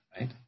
right